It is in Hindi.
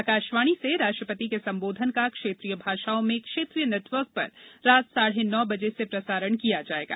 आकाशवाणी से राष्ट्रपति के संबोधन का क्षेत्रीय भाषाओं में क्षेत्रीय नेटवर्क पर रात साढ़े नौ बजे से प्रसारण किया जायेगा